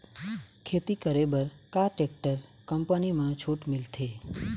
खेती करे बर का टेक्टर कंपनी म छूट मिलथे?